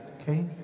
okay